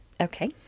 Okay